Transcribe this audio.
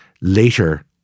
later